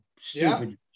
stupid